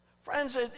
Friends